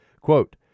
Quote